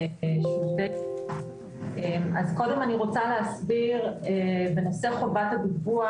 אני רוצה להסביר, בנושא חובת הדיווח,